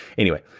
anyway,